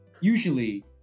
usually